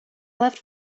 left